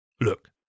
Look